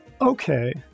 Okay